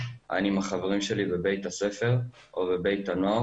אני עם החברים שלי בבית הספר או בבית הנועד